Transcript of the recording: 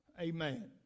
Amen